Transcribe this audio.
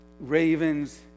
ravens